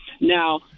Now